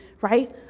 right